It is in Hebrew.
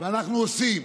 ואנחנו עושים.